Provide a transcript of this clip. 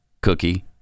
cookie